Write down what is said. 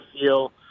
feel